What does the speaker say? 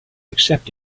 accept